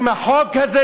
אם החוק הזה,